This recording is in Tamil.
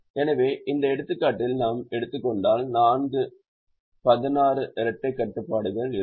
எனவே இந்த எடுத்துக்காட்டில் நாம் எடுத்துக் கொண்டால் நான்கு நான்கு ஆகும் பதினாறு இரட்டைக் கட்டுப்பாடுகள் இருக்கும்